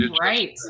Right